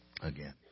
Again